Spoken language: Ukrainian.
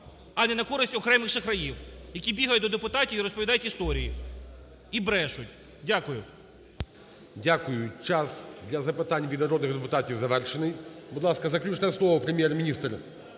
а не на користь окремих шахраїв, які бігають до депутатів і розповідають історії, і брешуть. Дякую. ГОЛОВУЮЧИЙ. Дякую. Час для запитань від народних депутатів завершений. Будь ласка, заключне слово - Прем'єр-міністр.